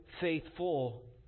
faithful